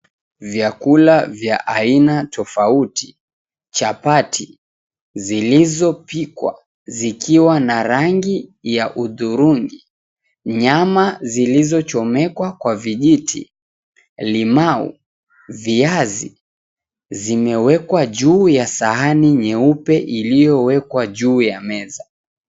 Vyakula vya aina tofauti ,chapati zilizopikwa zikiwa na rangi ya hudhurungi, nyama zilizochomeka kwa vijiti, limau, viazi, zimeekwa juu ya sahani nyeupe iliyowekwa juu ya meza.